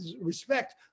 respect